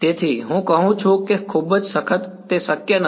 તેથી હું કહું છું કે તે ખૂબ સખત છે જે શક્ય નથી